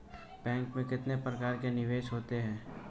Bank में कितने प्रकार के निवेश होते हैं?